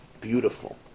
beautiful